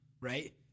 right